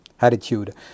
attitude